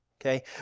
okay